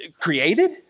created